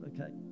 Okay